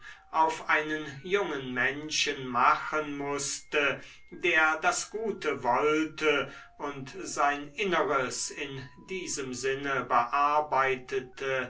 auf einen jungen menschen machen mußte der das gute wollte und sein inneres in diesem sinne bearbeitete